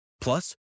Plus